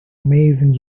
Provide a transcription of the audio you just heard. amazing